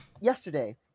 yesterday